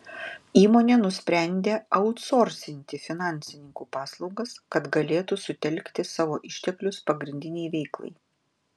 įmonė nusprendė autsorsinti finansininkų paslaugas kad galėtų sutelkti savo išteklius pagrindinei veiklai